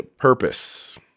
purpose